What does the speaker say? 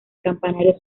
campanario